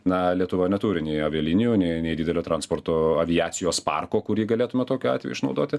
na lietuva neturi nei avialinijų nei nei didelio transporto aviacijos parko kurį galėtume tokiu atveju išnaudoti